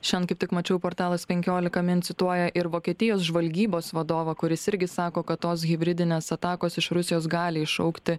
šian kaip tik mačiau portalas penkiolika min cituoja ir vokietijos žvalgybos vadovą kuris irgi sako kad tos hibridinės atakos iš rusijos gali iššaukti